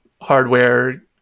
hardware